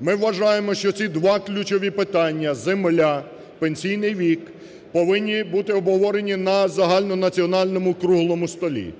Ми вважаємо, що ці два ключові питання – земля, пенсійний вік – повинні бути обговорені на загальнонаціональну круглому столі